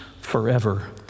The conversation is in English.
forever